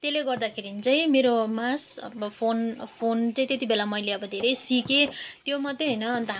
त्यसले गर्दाखेरि चाहिँ मेरोमा अब फोन फोन चाहिँ त्यति बेला मैले अब धेरै सिकेँ त्यो मात्र होइन अन्त